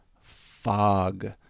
fog